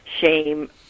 shame